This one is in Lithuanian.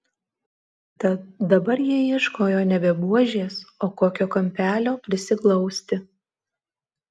tad dabar jie ieškojo nebe buožės o kokio kampelio prisiglausti